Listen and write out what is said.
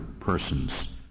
persons